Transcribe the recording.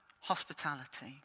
hospitality